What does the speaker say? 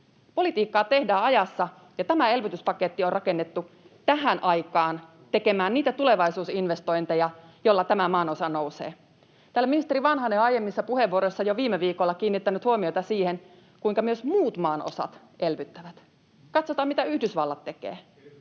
Politiikkaa tehdään ajassa, ja tämä elvytyspaketti on rakennettu tähän aikaan tekemään niitä tulevaisuusinvestointeja, joilla tämä maanosa nousee. Täällä ministeri Vanhanen on aiemmissa puheenvuoroissaan jo viime viikolla kiinnittänyt huomiota siihen, kuinka myös muut maanosat elvyttävät. Katsotaan, mitä Yhdysvallat tekee: